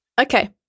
Okay